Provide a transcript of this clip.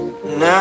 Now